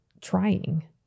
trying